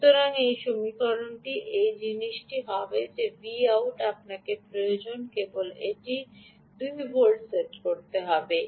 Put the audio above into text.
সুতরাং এই সমীকরণটি এই জিনিসটি হবে যে Vout আপনার প্রয়োজন কেবল এটি কেবলমাত্র 2 ভোল্টে সেট করতে হবে